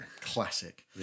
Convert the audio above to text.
Classic